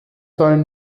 sollen